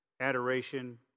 Adoration